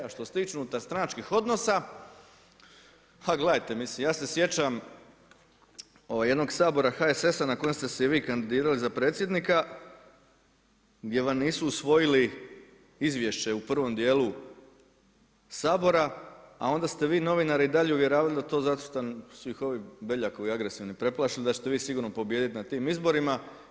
E a što se tiče unutarstranačkih odnosa, ha gledajte, mislim ja se sjećam jednog Sabora HSS-a na kojem ste se i vi kandidirali za predsjednika, gdje vam nisu usvojili izvješće u prvom dijelu Sabora, a onda ste vi novinare i dalje uvjeravali da je to zato šta su ih ovi Beljakovi agresivni preplašili, da ćete vi sigurno pobijediti na tim izborima.